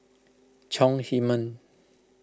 Chong Heman